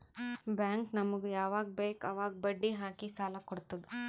bank ನಮುಗ್ ಯವಾಗ್ ಬೇಕ್ ಅವಾಗ್ ಬಡ್ಡಿ ಹಾಕಿ ಸಾಲ ಕೊಡ್ತುದ್